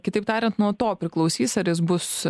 kitaip tariant nuo to priklausys ar jis bus